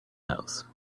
house